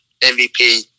MVP